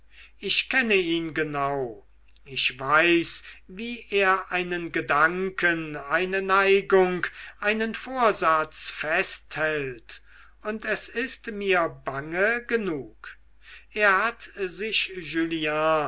ich kenne ihn genau ich weiß wie er einen gedanken eine neigung einen vorsatz festhält und es ist mir bange genug er hat sich